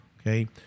okay